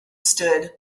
stood